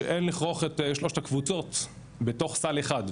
שאין לכרוך את שלושת הקבוצות בתוך סל אחד.